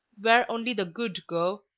where only the good go,